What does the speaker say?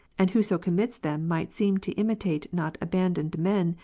and whoso commits them might seem to imitate not abandoned men,